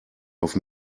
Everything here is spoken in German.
auf